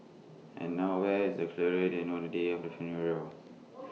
and nowhere is the clearer than on the day of the funeral